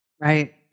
Right